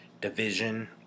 division